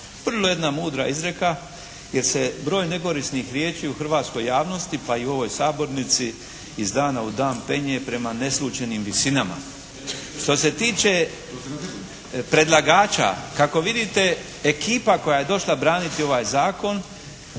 Vrlo jedna mudra izreka, jer se broj nekorisnih riječi u hrvatskoj javnosti pa i u ovoj sabornici iz dana u dan penje prema neslućenim visinama. Što se tiče predlagača, kako vidite ekipa koja je došla braniti ovaj zakon